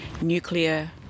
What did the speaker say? nuclear